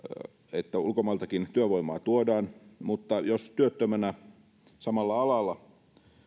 että ulkomailtakin työvoimaa tuodaan mutta jos työttömänä samalla alalla